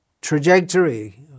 trajectory